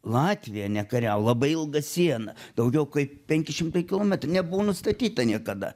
latvija nekariavo labai ilga siena daugiau kaip penki šimtai kilometrų nebuvo nustatyta niekada